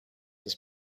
his